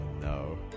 no